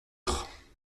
heures